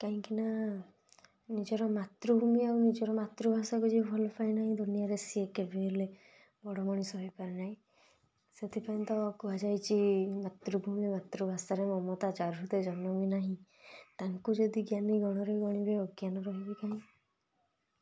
କାହିଁକି ନା ନିଜର ମାତୃଭୂମି ଆଉ ନିଜର ମାତୃଭାଷାକୁ ଯିଏ ଭଲପାଇ ନାହିଁ ଦୁନିଆରେ ସେ କେବେ ହେଲେ ବଡ଼ ମଣିଷ ହୋଇପାରେ ନାହିଁ ସେଥିପାଇଁ ତ କୁହାଯାଇଛି ମାତୃଭୂମି ମାତୃ ଭାଷାରେ ମମତା ଯା ହୃଦେ ଜନମି ନାହିଁ ତାଙ୍କୁ ଯଦି ଜ୍ଞାନୀ ଗଣରେ ଗଣିବେ ଅଜ୍ଞାନୀ ରହିବେ କାହିଁ